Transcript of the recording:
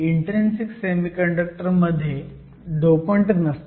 intrinsic semiconductor मध्ये dopant नसतात